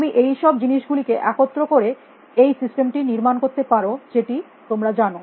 তুমি এই সব জিনিস গুলিকে একত্র করে এই সিস্টেমটি নির্মাণ করতে পার যেটি তোমরা জানো